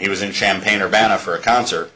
he was in champaign urbana for a concert